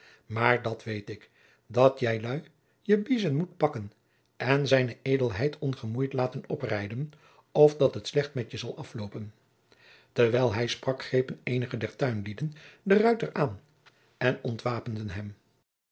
maar dat weet ik dat jijlui je biezen moet pakken en zijne edelheid ongemoeid laten oprijden of dat het slecht met je zal afloopen terwijl hij sprak grepen eenige der tuinlieden den ruiter aan en ontwapenden hem